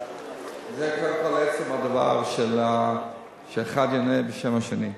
זה כל עצם הדבר, שאחד יענה בשם השני.